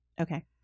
Okay